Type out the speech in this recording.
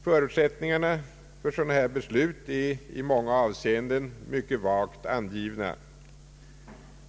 Förutsättningarna för dylika beslut är i många avseenden mycket vagt angivna.